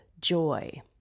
joy